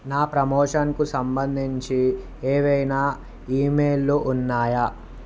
నా ప్రమోషన్కి సంబంధించి ఏమైనా ఇమెయిల్లు ఉన్నాయా